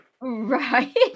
Right